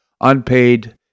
unpaid